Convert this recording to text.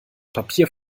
papier